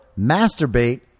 masturbate